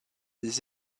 des